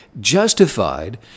justified